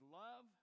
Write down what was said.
love